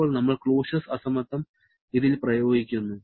ഇപ്പോൾ നമ്മൾ ക്ലോഷ്യസ് അസമത്വം ഇതിൽ പ്രയോഗിക്കുന്നു